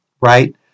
right